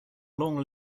long